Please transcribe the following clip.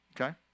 Okay